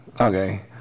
okay